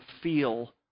feel